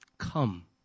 Come